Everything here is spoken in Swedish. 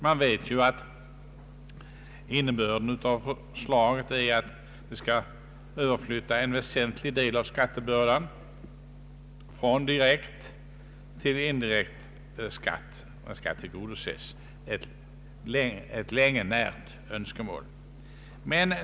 Vi vet att innebörden av förslaget är att man skall överflytta en väsentlig del av skattebördan från direkt till indirekt skatt; detta tillgodoser ett länge närt önskemål.